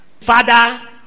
Father